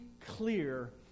clear